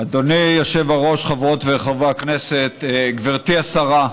אדוני היושב-ראש, חברות וחברי הכנסת, גברתי השרה,